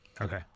Okay